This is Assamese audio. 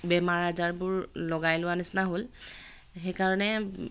বেমাৰ আজাৰবোৰ লগাই লোৱা নিচিনা হ'ল সেইকাৰণে